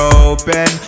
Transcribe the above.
open